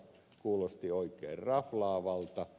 kuulosti oikein raflaavalta